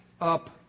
up